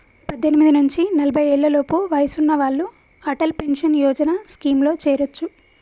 పద్దెనిమిది నుంచి నలభై ఏళ్లలోపు వయసున్న వాళ్ళు అటల్ పెన్షన్ యోజన స్కీమ్లో చేరొచ్చు